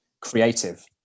Creative